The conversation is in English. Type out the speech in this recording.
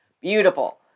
beautiful